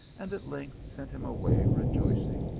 and at length sent him away rejoicing,